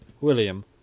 William